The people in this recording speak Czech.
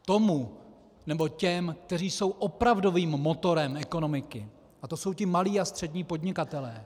Tomu nebo těm, kteří jsou opravdovým motorem ekonomiky, a to jsou ti malí a střední podnikatelé.